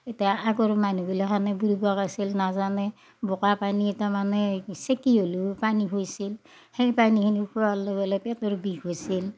ইতা আগৰ মানহুগিলাখানে বুৰ্বক আছিল নাজানেই বোকা পানী তাৰমানে চেকি হ'লিও পানী খুৱেইছিল সেই পানীখিনি খুওঁৱাৰ লগে লগে পেটৰ বিষ হৈছিল